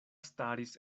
staris